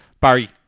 Barry